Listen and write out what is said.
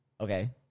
okay